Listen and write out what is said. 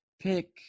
pick